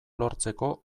lortzeko